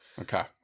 Okay